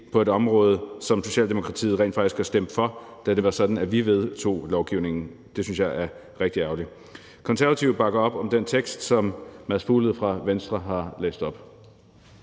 på et område, som Socialdemokratiet rent faktisk har stemt for, da vi vedtog lovgivningen. Det synes jeg er rigtig ærgerligt. Konservative bakker op om den vedtagelsestekst, som Mads Fuglede fra Venstre har læst op.